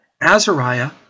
Azariah